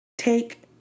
Take